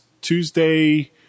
Tuesday